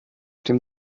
dem